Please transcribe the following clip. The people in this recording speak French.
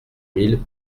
mille